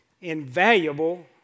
invaluable